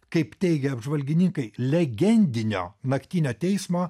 kaip teigia apžvalgininkai legendinio naktinio teismo